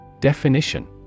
Definition